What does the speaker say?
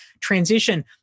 transition